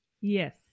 Yes